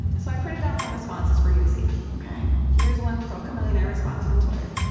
so i printed out some responses for you to see ok here's one pro-chamillionaire response from twitter